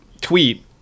tweet